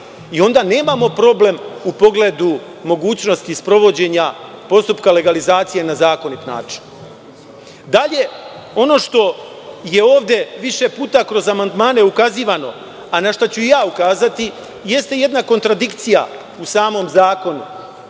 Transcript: Onda nemamo problem u pogledu mogućnosti sprovođenja postupka legalizacije na zakonit način. Dalje, ono što je ovde više puta kroz amandmane ukazivano, a na šta ću i ja ukazati, jeste jedna kontradikcija u samom zakonu